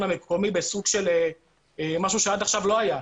המקומי בסוג של משהו שעד עכשיו לא היה.